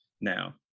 Now